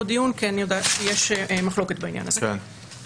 דיון כי אני יודעת שיש מחלוקת בעניין הזה: כרגע,